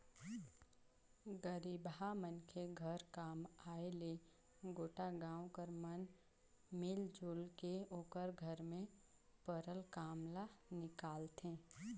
गरीबहा मनखे घर काम आय ले गोटा गाँव कर मन मिलजुल के ओकर घर में परल काम ल निकालथें